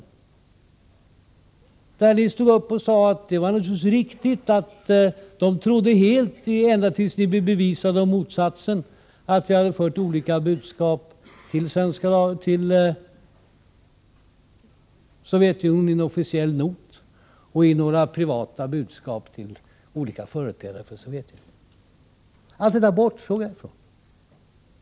I den senare stod ni upp och sade att ni trodde ända tills ni hade blivit överbevisade om motsatsen att vi hade fört olika budskap till Sovjetunionen i den officiella noten och i några privata budskap till olika företrädare för Sovjetunionen. Allt detta bortsåg jag ifrån.